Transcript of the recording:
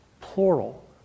plural